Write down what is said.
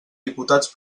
diputats